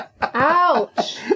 Ouch